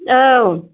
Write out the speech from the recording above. औ